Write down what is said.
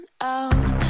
out